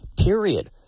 period